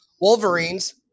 Wolverines